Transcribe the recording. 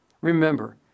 Remember